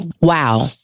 Wow